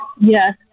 Yes